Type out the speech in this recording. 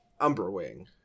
umberwing